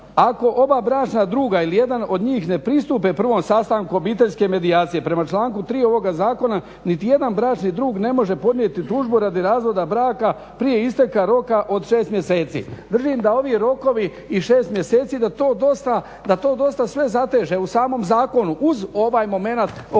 Ako oba bračna druga ili jedan od njih ne pristupe prvom sastanku obiteljske medijacije prema članku 3. ovoga zakona niti jedan bračni drug ne može podnijeti tužbu radi razvoda braka prije isteka roka od šest mjeseci. Držim da ovi rokovi i šest mjeseci da to dosta sve zateže u samom zakonu uz ovaj momenat o